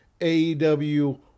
AEW